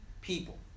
people